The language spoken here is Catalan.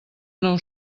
nou